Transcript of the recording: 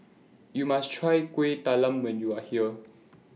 YOU must Try Kueh Talam when YOU Are here